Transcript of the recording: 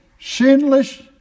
sinless